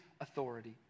authority